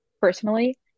personally